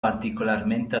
particolarmente